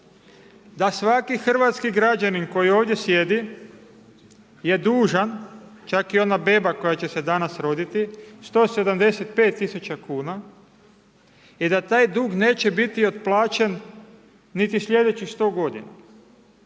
da svaki hrvatski građanin koji ovdje sjedi je dužan, čak i ona beba koja će se danas roditi, 175 tisuća kuna i da taj dug neće biti otplaćen niti slijedećih 100 godina.